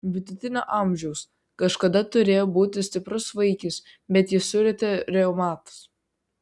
vidutinio amžiaus kažkada turėjo būti stiprus vaikis bet jį surietė reumatas